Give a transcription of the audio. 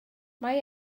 mae